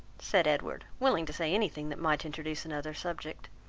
said edward, willing to say any thing that might introduce another subject.